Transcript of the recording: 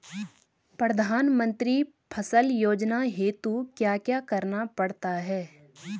प्रधानमंत्री फसल योजना हेतु क्या क्या करना पड़ता है?